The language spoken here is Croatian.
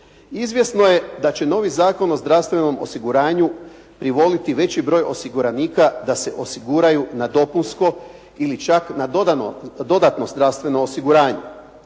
Izvjesno je da će novi Zakon o zdravstvenom osiguranju privoliti veći broj osiguranika da se osiguraju na dopunsko ili čak na dodatno zdravstveno osiguranje.